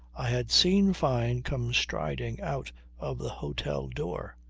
i had seen fyne come striding out of the hotel door.